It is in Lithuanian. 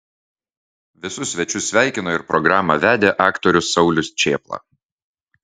visus svečius sveikino ir programą vedė aktorius saulius čėpla